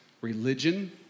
religion